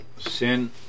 sin